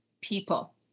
people